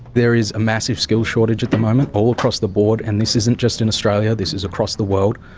there is a massive skills shortage at the moment all across the board and this isn't just in australia, this is across the world,